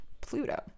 Pluto